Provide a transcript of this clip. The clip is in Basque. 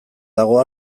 dago